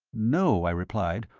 no, i replied,